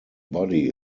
body